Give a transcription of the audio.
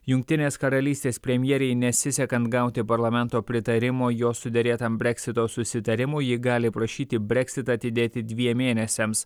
jungtinės karalystės premjerei nesisekant gauti parlamento pritarimo jos suderėtam breksito susitarimo ji gali prašyti breksitą atidėti dviem mėnesiams